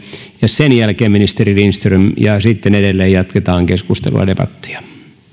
ja sen jälkeen on ministeri lindström ja sitten edelleen jatketaan debattia arvoisa